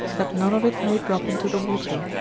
that none of it may drop into the water,